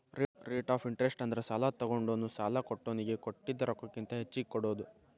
rate of interest ಅಂದ್ರ ಸಾಲಾ ತೊಗೊಂಡೋನು ಸಾಲಾ ಕೊಟ್ಟೋನಿಗಿ ಕೊಟ್ಟಿದ್ ರೊಕ್ಕಕ್ಕಿಂತ ಹೆಚ್ಚಿಗಿ ಕೊಡೋದ್